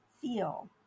feel